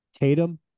Tatum